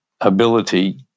ability